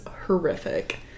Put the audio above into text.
horrific